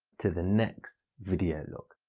to the next video log.